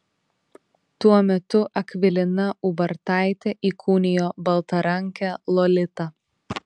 tuo metu akvilina ubartaitė įkūnijo baltarankę lolitą